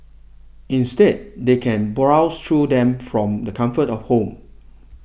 instead they can browse through them from the comfort of home